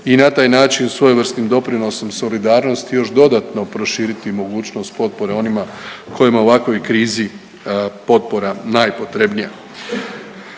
i na taj način svojevrsnim doprinosom solidarnosti još dodatno proširiti mogućost potpore onima kojima je u ovakvoj krizi potpora najpotrebnija.